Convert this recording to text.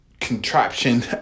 contraption